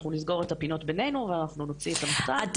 אנחנו נסגור את הפינות בינינו ואנחנו נוציא את